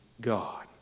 God